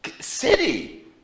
city